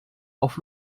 auf